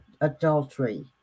adultery